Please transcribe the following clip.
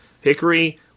Hickory